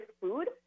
food